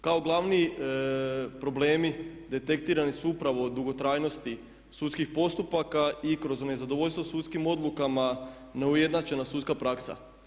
Kao glavni problemi detektirani su upravo dugotrajnosti sudskih postupaka i kroz nezadovoljstvo sudskim odlukama neujednačena sudska praksa.